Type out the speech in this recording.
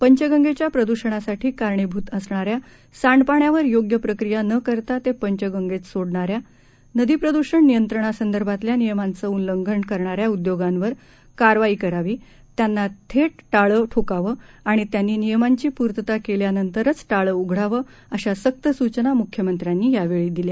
पंचगंगेच्या प्रद्षणासाठी कारणीभूत असणाऱ्या सांडपाण्यावर योग्य प्रक्रिया न करता ते पंचगंगेत सोडणाऱ्या नदी प्रदुषण नियंत्रणासंदर्भातल्या नियमांचं उल्लंघन करणाऱ्या उद्योगांवर कारवाई करावी त्यांना थेट टाळं ठोकावं आणित्यांनी नियमांची पूर्तता केल्यानंतरच टाळं उघडावं अशा सक्त सूचना मुख्यमंत्र्यांनी यावेळी दिल्या